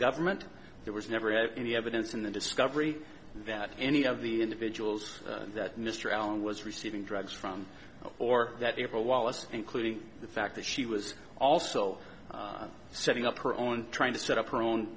government there was never any evidence in the discovery that any of the individuals that mr allen was receiving drugs from or that ever wallace including the fact that she was also setting up her own trying to set up her